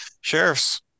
sheriff's